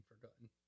Forgotten